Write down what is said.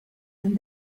and